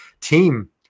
team